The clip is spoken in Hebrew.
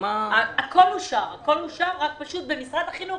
הכל אושר, רק יש פקיד במשרד החינוך